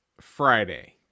Friday